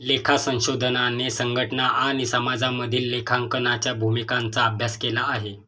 लेखा संशोधनाने संघटना आणि समाजामधील लेखांकनाच्या भूमिकांचा अभ्यास केला आहे